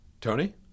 Tony